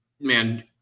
Man